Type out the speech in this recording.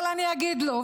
אבל אני אגיד לו,